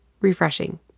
refreshing